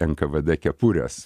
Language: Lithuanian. enkvd kepures